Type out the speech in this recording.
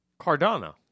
Cardano